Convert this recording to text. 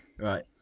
Right